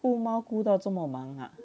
顾猫顾到这么忙啊